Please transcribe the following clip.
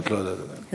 את לא יודעת עדיין.